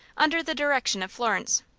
under the direction of florence.